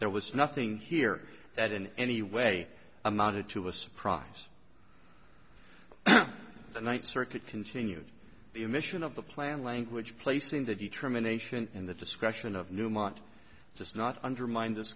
there was nothing here that in any way amounted to a surprise the ninth circuit continued the emission of the plan language placing the determination in the discretion of newmont just not undermined this